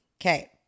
Okay